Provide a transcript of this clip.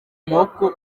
amaboko